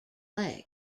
legs